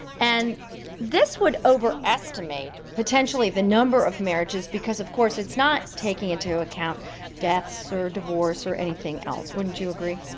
and this would over estimate potentially the number of marriages because, of course, it's not taking into account deaths or divorce or anything else wouldn't you agree?